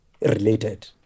related